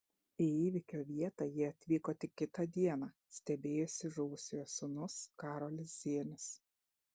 į įvykio vietą jie atvyko tik kitą dieną stebėjosi žuvusiojo sūnus karolis zienius